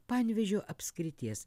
panevėžio apskrities